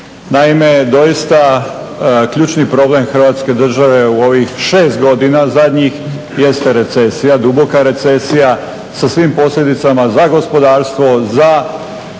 Naime, doista ključni problem Hrvatske države u ovih 6 godina zadnjih jeste recesija, duboka recesija sa svim posljedicama za gospodarstvo za